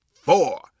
four